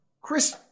Chris